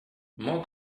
more